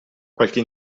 qualche